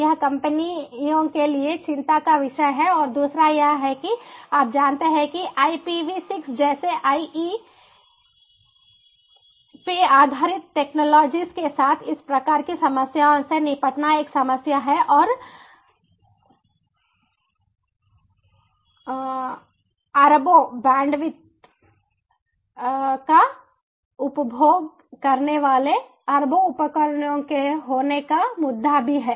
यह कंपनियों के लिए चिंता का विषय है और दूसरा यह है कि आप जानते हैं कि आईपीवी 6 जैसी आईपी आधारित टेक्नोलॉजीज के साथ इस प्रकार की समस्याओं से निपटना एक समस्या है और बिल्यन्ज़ अरबों billions बैंडविड्थ का उपभोग करने वाले अरबों उपकरणों के होने का मुद्दा भी है